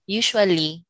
usually